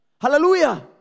Hallelujah